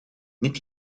niet